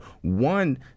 one